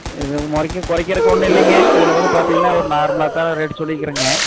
இது குறைக்க குறைக்கிறக்கு ஒன்றும் இல்லங்க இதில் வந்து பார்த்தீங்கன்னா ஒரு நார்மலாக தான் ரேட் சொல்லியிருக்கிறேங்க